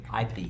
IP